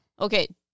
okay